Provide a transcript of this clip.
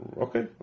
okay